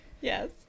Yes